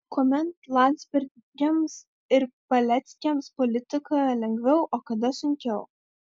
kuomet landsbergiams ir paleckiams politikoje lengviau o kada sunkiau